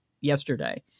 yesterday